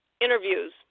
interviews